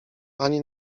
pani